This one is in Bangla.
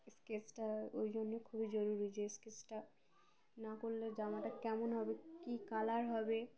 স্কেচটা ওই জন্যে খুবই জরুরি যে স্কেচটা না করলে জামাটা কেমন হবে কী কালার হবে